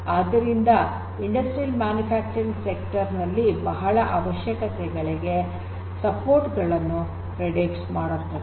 ಆದ್ದರಿಂದ industrial manufacturing sector ನಲ್ಲಿ ಬಹಳ ಅವಶ್ಯಕತೆಗಳಿಗೆ ಸಪೋರ್ಟ್ ಗಳನ್ನು ಪ್ರೆಡಿಕ್ಸ್ ಮಾಡುತ್ತದೆ